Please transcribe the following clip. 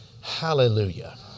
Hallelujah